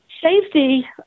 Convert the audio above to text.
Safety